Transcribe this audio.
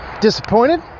disappointed